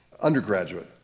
undergraduate